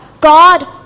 God